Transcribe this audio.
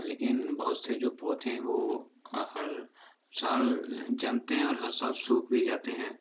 लेकिन बहुत से जो पौधे हैं वे हर साल जमते हैं और हर साल सूख भी जाते हैं